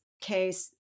case